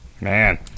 Man